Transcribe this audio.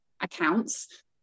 accounts